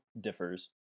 differs